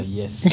yes